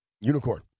Unicorn